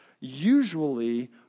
usually